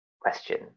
question